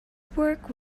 work